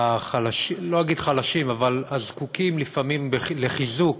לא אגיד חלשים, אבל הזקוקים לפעמים לחיזוק